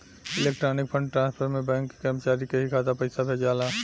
electronic fund transfer में bank के कर्मचारी के ही खाता में पइसा भेजाला